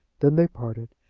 then they parted,